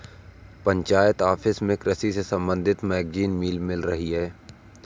panchayat office में कृषि से संबंधित मैगजीन मिल रही है